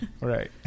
Right